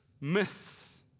myth